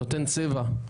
נותן צבע.